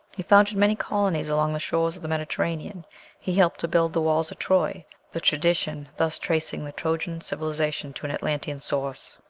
he founded many colonies along the shores of the mediterranean he helped to build the walls of troy the tradition thus tracing the trojan civilization to an atlantean source.